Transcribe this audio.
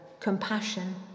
Compassion